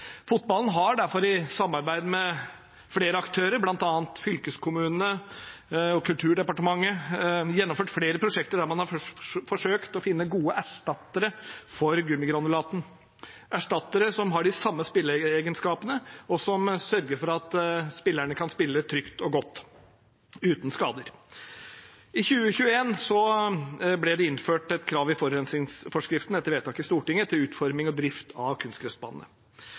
Fotballen har derfor i samarbeid med flere aktører, bl.a. fylkeskommunene og Kulturdepartementet, gjennomført flere prosjekter der man har forsøkt å finne gode erstattere for gummigranulatet – erstattere som har de samme spilleegenskapene, og som sørger for at spillerne kan spille trygt og godt uten skader. I 2021 ble det etter vedtak i Stortinget innført et krav i forurensningsforskriften til utforming og drift av